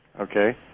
Okay